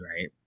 right